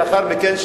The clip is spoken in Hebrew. לאחר מכן,